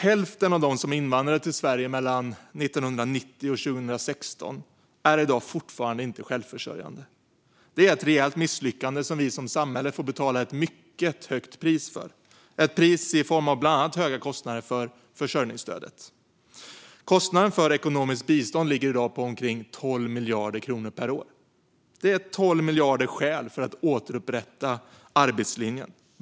Hälften av dem som invandrade till Sverige mellan 1990 och 2016 är i dag ännu inte självförsörjande. Det är ett rejält misslyckade som vi som samhälle får betala ett mycket högt pris för, ett pris i form av bland annat mycket höga kostnader för försörjningsstöd. Kostnaden för ekonomiskt bistånd ligger i dag på omkring 12 miljarder per år. Det är 12 miljarder skäl för att återupprätta arbetslinjen.